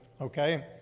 okay